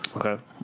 Okay